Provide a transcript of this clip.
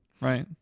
right